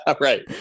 right